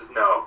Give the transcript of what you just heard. no